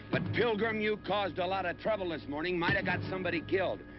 but, pilgrim, you caused a lot of trouble this morning. might have got somebody killed.